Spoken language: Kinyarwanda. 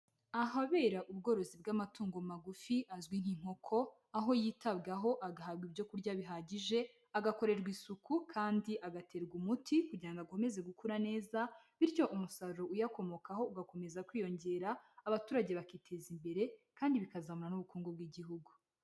Ahabera ubworozi bw'amatungo magufi azwi nk'inkoko, aho yitabwaho agahabwa ibyo kurya bihagije agakorerwa isuku kandi agaterwa umuti kugira ngo akomeze gukura neza bityo umusaruro uyakomokaho ugakomeza kwiyongera, abaturage bakiteza imbere kandi bikazamura n'ubukungu bw'Igihugu.